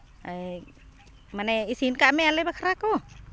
ᱢᱟᱱᱮ ᱤᱥᱤᱱ ᱠᱟᱜ ᱢᱮ ᱟᱞᱮ ᱵᱟᱠᱷᱨᱟ ᱠᱚ